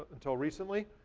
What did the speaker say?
until recently.